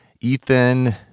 Ethan